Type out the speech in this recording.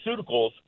pharmaceuticals